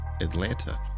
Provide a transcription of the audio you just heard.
Atlanta